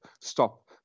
stop